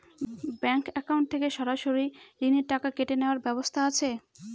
Bank account থেকে সরাসরি ঋণের টাকা কেটে নেওয়ার ব্যবস্থা আছে?